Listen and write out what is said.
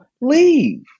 leave